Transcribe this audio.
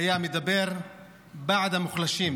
היה מדבר בעד המוחלשים,